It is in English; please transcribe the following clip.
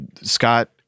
Scott